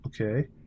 Okay